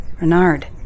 Renard